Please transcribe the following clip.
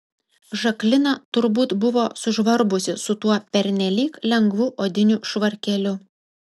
žaklina turbūt buvo sužvarbusi su tuo pernelyg lengvu odiniu švarkeliu